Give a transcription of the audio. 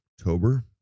October